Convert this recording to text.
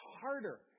harder